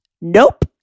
nope